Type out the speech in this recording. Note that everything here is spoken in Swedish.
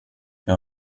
jag